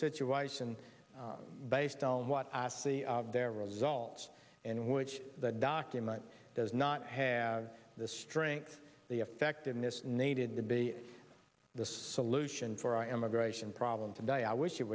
situation based on what i asked the of their results and which the document does not have the strength the effectiveness needed to be the solution for our immigration problem today i wish it